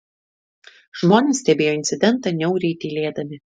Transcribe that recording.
žmonės stebėjo incidentą niauriai tylėdami